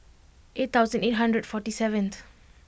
eight thousand eight hundred forty seventh